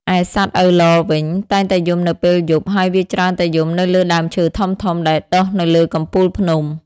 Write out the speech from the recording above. ឯសត្វឪឡវិញ តែងតែយំនៅពេលយប់ ហើយវាច្រើនតែយំនៅលើដើមឈើធំៗដែលដុះនៅលើកំពូលភ្នំ។